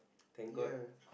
ya